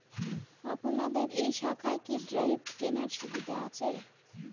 আপনাদের এই শাখায় কি ড্রাফট কেনার সুবিধা আছে?